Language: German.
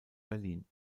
berlin